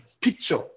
picture